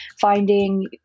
finding